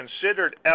considered